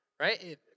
Right